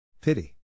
Pity